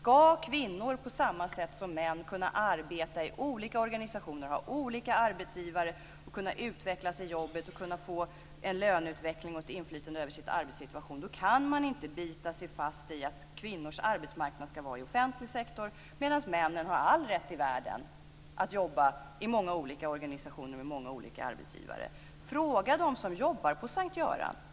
Om kvinnor, på samma sätt som män, ska kunna arbeta i olika organisationer, ha olika arbetsgivare, utvecklas i jobbet, få en bra löneutveckling och inflytande över sin arbetssituation kan man inte bita sig fast vid att kvinnors arbetsmarknad ska vara i offentlig sektor samtidigt som männen har all rätt i världen att göra detta. Fråga dem som jobbar på S:t Göran!